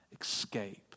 escape